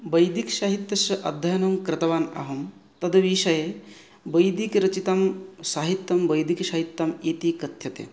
वैदिकसाहित्यस्य अध्ययनं कृतवान् अहं तद्विषये वैदिकरचितं साहित्यं वैदिकसाहित्यम् इति कथ्यते